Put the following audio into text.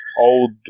old